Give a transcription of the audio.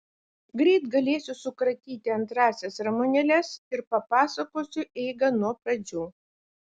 greit galėsiu sukratyti antrąsias ramunėles ir papasakosiu eigą nuo pradžių